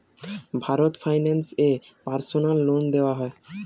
Bharat finance এ personal loan দেওয়া হয়?